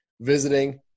visiting